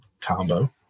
combo